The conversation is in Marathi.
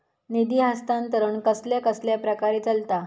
निधी हस्तांतरण कसल्या कसल्या प्रकारे चलता?